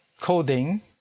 Coding